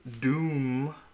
doom